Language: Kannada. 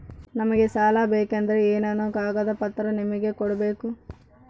ನಮಗೆ ಸಾಲ ಬೇಕಂದ್ರೆ ಏನೇನು ಕಾಗದ ಪತ್ರ ನಿಮಗೆ ಕೊಡ್ಬೇಕು?